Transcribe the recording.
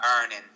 earning